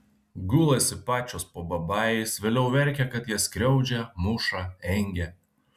gulasi pačios po babajais vėliau verkia kad jas skriaudžia muša engia